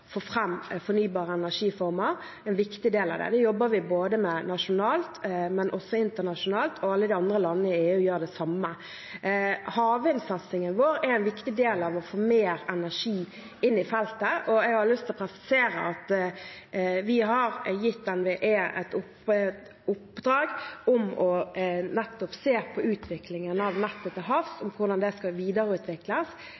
internasjonalt. Alle de andre landene i EU gjør det samme. Havvindsatsingen vår er en viktig del av å få mer energi inn i feltet. Jeg har lyst å presisere at vi har gitt NVE et oppdrag om å se på nettopp utviklingen av nettet til havs,